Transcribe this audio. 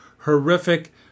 horrific